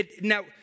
Now